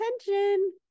attention